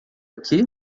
aqui